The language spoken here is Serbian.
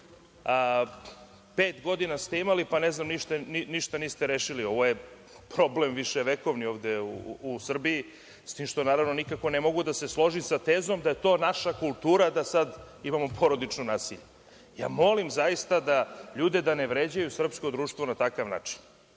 godina ste imali pa ništa niste rešili. Ovo je problem viševekovni ovde u Srbiji, s tim što, naravno, nikako ne mogu da se složim sa tezom da je to naša kultura da imamo porodično nasilje. Molim zaista ljude da ne vređaju srpsko društvo na takav način,